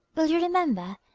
will you remember?